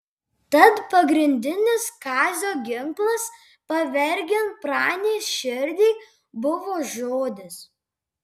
tad pagrindinis kazio ginklas pavergiant pranės širdį buvo žodis